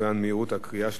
תצוין מהירות הקריאה שלך,